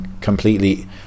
completely